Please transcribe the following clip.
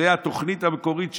זו התוכנית המקורית שלי,